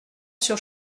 sur